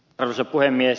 arvoisa puhemies